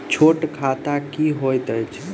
छोट खाता की होइत अछि